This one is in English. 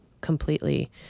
completely